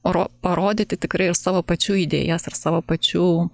ro parodyti tikrai ir savo pačių idėjas ar savo pačių